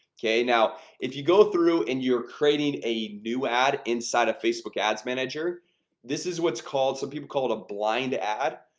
okay? now if you go through and you're creating a new ad inside a facebook ads manager this is what's called some people call it a blind ad